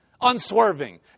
unswerving